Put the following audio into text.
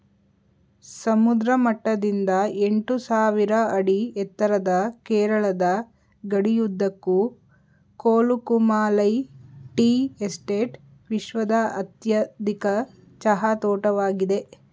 ಸಮುದ್ರ ಮಟ್ಟದಿಂದ ಎಂಟುಸಾವಿರ ಅಡಿ ಎತ್ತರದ ಕೇರಳದ ಗಡಿಯುದ್ದಕ್ಕೂ ಕೊಲುಕುಮಾಲೈ ಟೀ ಎಸ್ಟೇಟ್ ವಿಶ್ವದ ಅತ್ಯಧಿಕ ಚಹಾ ತೋಟವಾಗಿದೆ